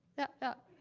yep, yep.